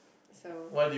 so